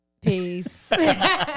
Peace